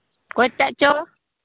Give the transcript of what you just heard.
ᱚᱠᱚᱭᱴᱟᱜ ᱪᱚ